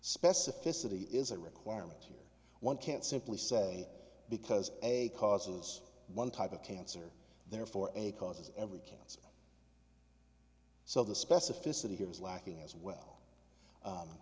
specificity is a requirement here one can't simply say because a cause of those one type of cancer there for a cause every cancer so the specificity here is lacking as well